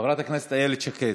חברת הכנסת איילת שקד,